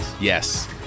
Yes